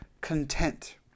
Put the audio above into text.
content